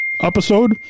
episode